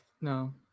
No